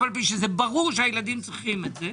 אף על פי שברור שהילדים צריכים את זה,